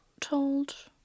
Told